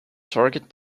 target